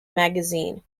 magazine